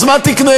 אז מה תקנה?